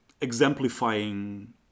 exemplifying